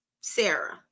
Sarah